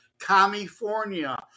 California